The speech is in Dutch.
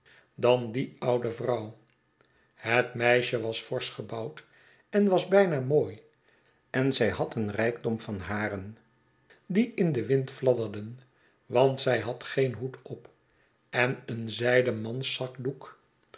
dan die oude vrouw het meisje was forsch gebouwd en was bijna mooi en zij had een rijkdom van haren die in den wind fladderden want zij had geen hoed op en een zijden manszakdoek